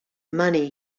money